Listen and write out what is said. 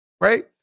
right